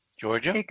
Georgia